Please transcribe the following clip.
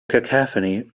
cacophony